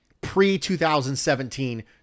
pre-2017